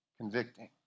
convicting